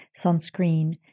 Sunscreen